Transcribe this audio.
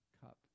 cup